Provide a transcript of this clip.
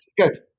good